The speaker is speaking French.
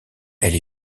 elle